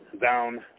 Down